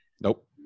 Nope